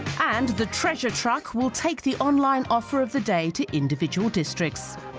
and the treasure truck will take the online offer of the day to individual districts